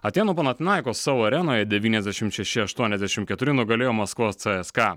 atėnų panatnaikos savo arenoje devyniasdešim šeši aštuoniasdešim keturi nugalėjo maskvos cėeska